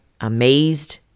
amazed